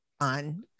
on